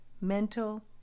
mental